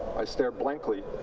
i stare blankly,